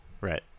Right